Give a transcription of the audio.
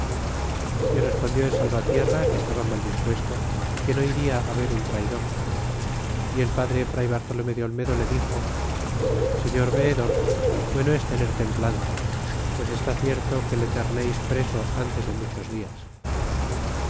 y respondió el salvatierra que estaba mal dispuesto e que no iria á ver un tray dor y el padre fray bartolomé de olmedo le dixo señor veedor bueno es tener templanza pues está cierto que le terneis preso ntes de muchos dias